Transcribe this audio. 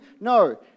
No